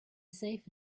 safe